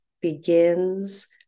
begins